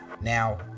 Now